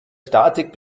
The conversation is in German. statik